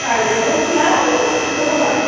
hello सुनैर दी दकान पर बोल्ला ने